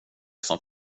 som